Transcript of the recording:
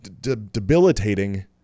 debilitating